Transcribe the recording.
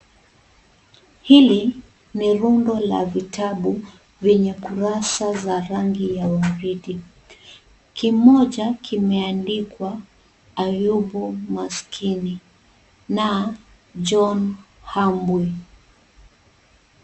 Hii ni rundo la vitabu vyenye kurasa za rangi ya waridi. Kimoja kimeandikwa Ayubu maskini na John Habwe.